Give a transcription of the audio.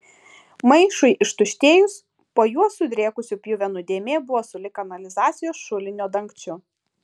maišui ištuštėjus po juo sudrėkusių pjuvenų dėmė buvo sulig kanalizacijos šulinio dangčiu